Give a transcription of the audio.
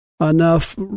enough